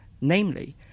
namely